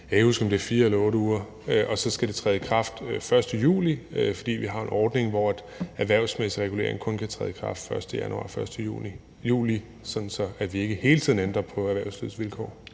ikke huske, om det er i 4 eller 8 uger – og så skal det træde i kraft den 1. juli, fordi vi har en ordning, hvor erhvervsmæssig regulering kun kan træde i kraft den 1. januar og den 1. juli, sådan at vi ikke hele tiden ændrer på erhvervslivets vilkår.